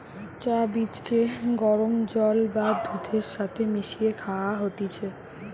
চা বীজকে গরম জল বা দুধের সাথে মিশিয়ে খায়া হতিছে